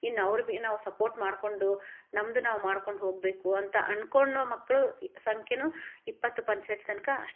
ಇನ್ನು ಅವ್ರು ಬಿ ನಾವು ಸಪೋರ್ಟ್ ಮಾಡಿಕೊಂಡು ನಮ್ಮದು ನಾವು ಮಾಡ್ಕೊಂಡು ಹೊಗಬೇಕು ಅಂತ ಅನ್ಕೋಳ್ಳೊ ಮಕ್ಕಳ ಸಂಖ್ಯೆಯೂ ಇಪ್ಪತ್ತು ಪರ್ಸೆಂಟ್ ತನಕ ಅಷ್ಟು